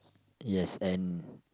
yes and